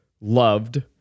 loved